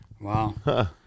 Wow